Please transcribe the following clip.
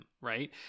right